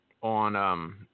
on